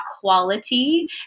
quality